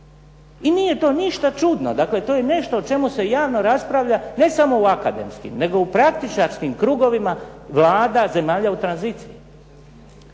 I nije to ništa čudno. Dakle, to je nešto o čemu se javno raspravlja ne samo u akademskim, nego u praktičarskim krugovima vlada zemalja u tranziciji.